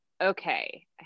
Okay